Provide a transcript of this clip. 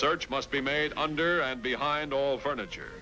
search must be made under and behind all furniture